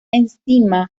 enzima